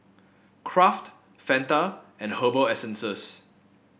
Kraft Fanta and Herbal Essences